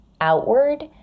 outward